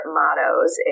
mottos